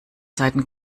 seiten